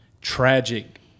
tragic